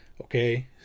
Okay